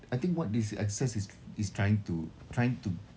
I think what this exercise is is trying to trying to